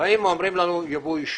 ואומרים לנו יבוא אישי.